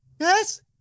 yes